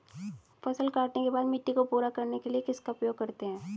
फसल काटने के बाद मिट्टी को पूरा करने के लिए किसका उपयोग करते हैं?